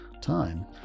time